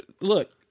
look